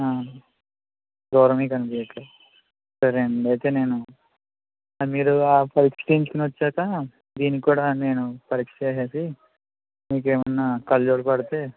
దూరంవి కనిపియ్యట్లేదు సరే అండీ అయితే నేను మీరు ఆ పరీక్ష చేయించుకుని వచ్చాక దీనికి కూడా నేను పరీక్ష చేసేసి మీకు ఏమన్నా కళ్ళజోడు పడితే